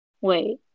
Wait